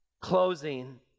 closing